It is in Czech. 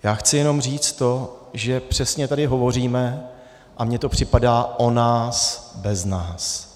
Já chci jenom říct to, že přesně tady hovoříme, a mně to připadá, o nás bez nás.